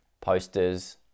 posters